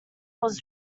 was